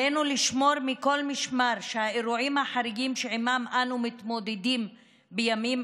עלינו לשמור מכל משמר שהאירועים החריגים שעימם אנו מתמודדים בימים